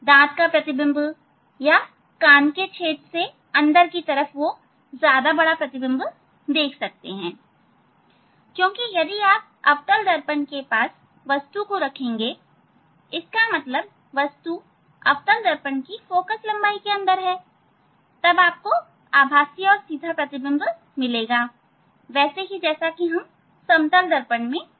दांत का प्रतिबिंब या कान के छेद से अंदर की तरफ ज्यादा बड़ा प्रतिबिंब देख सकते हैं क्योंकि यदि आप इस अवतल दर्पण को वस्तु के पास रखेंगे इसका मतलब वस्तु अवतल दर्पण की फोकल लंबाई के अंदर ही है तब आप आभासी और सीधा प्रतिबिंब प्राप्त करेंगे वैसे ही जैसे हम समतल दर्पण में देखते हैं